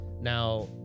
Now